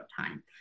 time